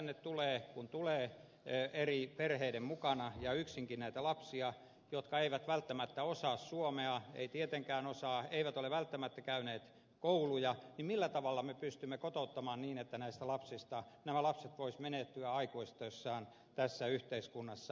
jos ja kun tänne tulee eri perheiden mukana ja yksinkin näitä lapsia jotka eivät välttämättä osaa suomea eivät tietenkään osaa eivät ole välttämättä käyneet kouluja niin millä tavalla me pystymme kotouttamaan heidät niin että nämä lapset voisivat menestyä aikuistuessaan tässä yhteiskunnassa